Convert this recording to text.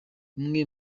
umwe